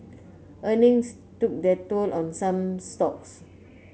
earnings took their toll on some stocks